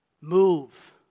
Move